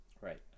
right